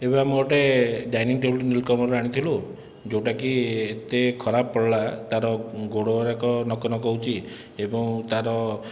ଏବେ ଆମେ ଗୋଟିଏ ଡାଇନିଂ ଟେବୁଲ ନିଲକମଲର ଆଣିଥିଲୁ ଯେଉଁଟାକି ଏତେ ଖରାପ ପଡ଼ିଲା ତା'ର ଗୋଡ଼ ଗୁଡ଼ାକ ନକ ନକ ହେଉଛି ଏବଂ ତା'ର